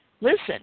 listen